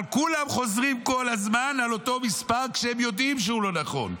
אבל כולם חוזרים כל הזמן על אותו מספר כשהם יודעים שהוא לא נכון.